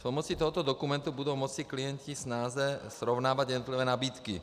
Pomocí tohoto dokumentu budou moci klienti snáze srovnávat jednotlivé nabídky.